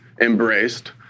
embraced